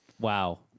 Wow